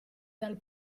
dal